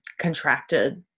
contracted